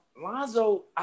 Lonzo